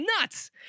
nuts